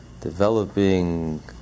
developing